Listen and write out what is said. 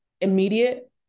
immediate